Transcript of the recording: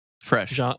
Fresh